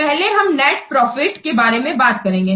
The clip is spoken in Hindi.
पहले हम नेट प्रॉफिट के बारे में बात करेंगे